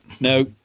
No